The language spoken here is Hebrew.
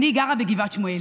אני גרה בגבעת שמואל,